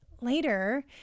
Later